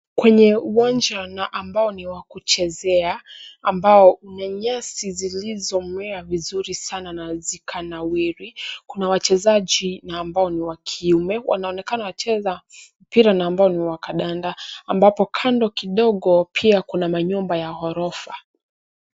Kwenye uwanja na ambao ni wa kuchezea ambao kuna nyasi zilizomea vizuri sana na zikanawiri. Kuna wachezaji na ambao ni wa kiume. Wanaonekana wakicheza mpira ambayo ni ya kandanda ambapo mbali kidogo pia kuna nyumba ya ghorofa.